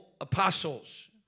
apostles